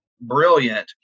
brilliant